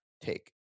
take